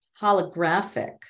holographic